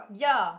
ya